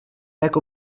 jako